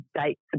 dates